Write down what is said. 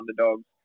underdogs